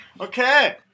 Okay